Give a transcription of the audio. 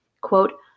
Quote